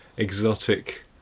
exotic